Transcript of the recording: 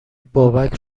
بابک